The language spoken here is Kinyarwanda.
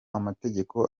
amategeko